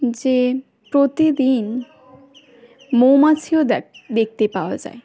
যে প্রতিদিন মৌমাছিও দেখতে পাওয়া যায়